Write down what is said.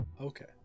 Okay